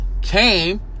came